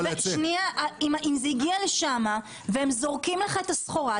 אם זה הגיע לשם והם זורקים לך את הסחורה,